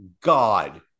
God